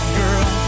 girl